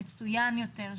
מצוין יותר,